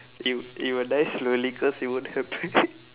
it it will die slowly cause it won't happen